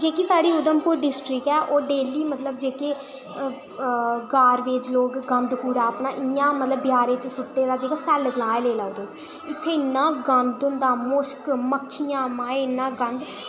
जेह्की साढ़ी उधमपुर डिस्टिक ऐ ओह् डेली मतलब जेह्के कार वेज लोग गंद गुंद इ'यां बजारें च सु'ट्टे दा इत्थै इन्ना गंद होंदा मुश्क मक्खियां माए इन्ना गंद